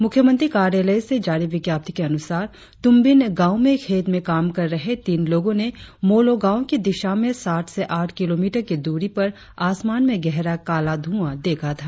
मुख्यमंत्री कार्यालय से जारी विज्ञप्ति के अनुसार तुमबिन गांव में खेत में काम कर रहे तीन लोगों ने मोलोगांव की दिशा में सात से आठ किलोमीटर की दूरी पर आसमान में गहरा काला धुआ देखा था